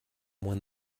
when